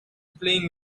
playing